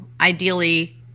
ideally